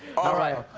all right.